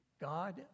God